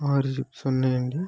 ఆరు చిప్స్ ఉన్నాయండి